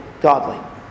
godly